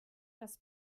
das